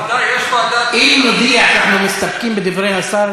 אם נודיע שאנחנו מסתפקים בדברי השר,